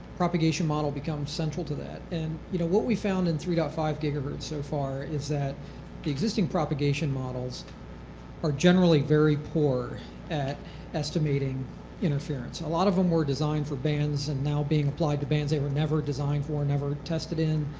propagation model become central to that. and you know what we've found in three point five gigahertz so far is that the existing propagation models are generally very poor at estimating interference. a lot of them were designed for bands and now being applied to bands they were never designed for, never tested in.